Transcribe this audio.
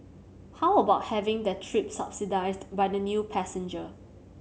how about having their trip subsidised by the new passenger